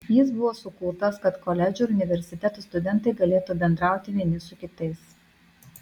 jis buvo sukurtas kad koledžų ir universitetų studentai galėtų bendrauti vieni su kitais